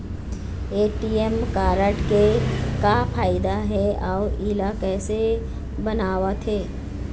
ATM card के का फायदा हे अऊ इला कैसे बनवाथे?